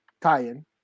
tie-in